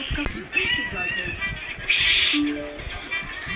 Bank account తెరవాలంటే ఏమేం కావాలి?